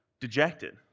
dejected